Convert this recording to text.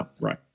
Right